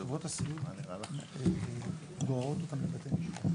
בוא תספר אותה לנוכחים.